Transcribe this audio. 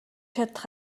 чадах